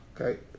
Okay